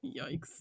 Yikes